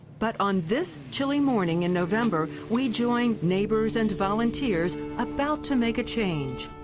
but on this chilly morning in november, we joined neighbors and volunteers about to make a change.